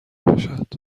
باشد